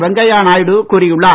வெங்கையா நாயுடு கூறியுள்ளார்